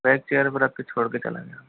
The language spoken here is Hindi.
बैग चेयर पे रख के छोड़ कर चला गया